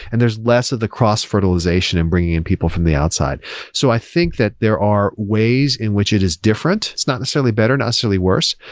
and there's less of the cross-fertilization in bringing in people from the outside. so i think that there are ways in which it is different. it's not necessarily better. not necessarily worse,